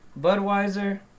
Budweiser